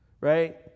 right